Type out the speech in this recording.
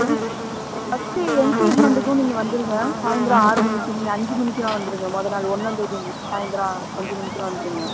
இல்லை ஃபஸ்ட்டே என்கேஜ்மெண்டுக்கும் நீங்க வந்துடுங்க சாயந்தரம் ஆறு மணிக்கு நீங்கள் அஞ்சு மணிக்கெலாம் வந்துடுங்க மொதல் நாள் ஒன்றாந்தேதி வந்து சாயந்தரம் அஞ்சு மணிக்கெலாம் வந்துடுங்க